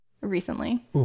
recently